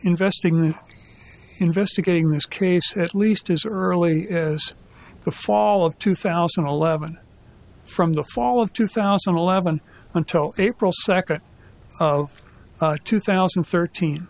investing in investigating this case at least as early as the fall of two thousand and eleven from the fall of two thousand and eleven until april second two thousand and thirteen